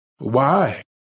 Why